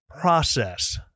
process